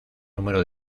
número